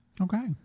Okay